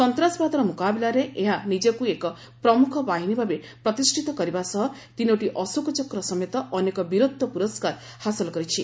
ସନ୍ତାସବାଦର ମୁକାବିଲାରେ ଏହା ନିଜକୁ ଏକ ପ୍ରମୁଖ ବାହିନୀ ଭାବେ ପ୍ରତିଷ୍ଠିତ କରିବା ସହ ତିନୋଟି ଅଶୋକଚକ୍ର ସମେତ ଅନେକ ବୀରତ୍ୱ ପୁରସ୍କାର ହାସଲ କରିଛି